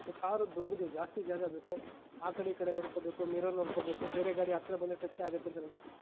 ಮತ್ತೆ ಕಾರು ದೊಡ್ಡದು ಜಾಸ್ತಿ ಜಾಗ ಬೇಕು ಆ ಕಡೆ ಈ ಕಡೆ ನೋಡ್ಕೋಬೇಕು ಮಿರರ್ ನೋಡ್ಕೋಬೇಕು ಬೇರೆ ಗಾಡಿ ಹತ್ತಿರ ಬಂದರೆ ಟಚ್ ಆಗತ್ತೆ ಅಂತ ನೋ